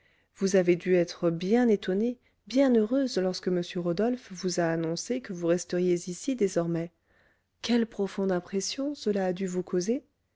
vous avez dû être bien étonnée bien heureuse lorsque m rodolphe vous a annoncé que vous resteriez ici désormais quelle profonde impression cela a dû vous causer